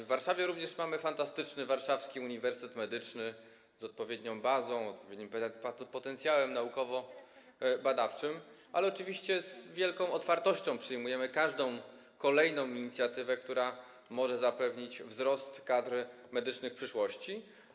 W Warszawie mamy fantastyczny Warszawski Uniwersytet Medyczny z odpowiednią bazą, odpowiednim potencjałem naukowo-badawczym, ale oczywiście z wielką otwartością przyjmujemy każdą kolejną inicjatywę, która może zapewnić wzrost liczby kadry medycznej w przyszłości.